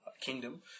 kingdom